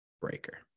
Breaker